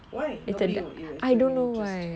why nobody showing any interest